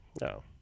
No